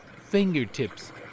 fingertips